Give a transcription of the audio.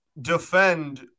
defend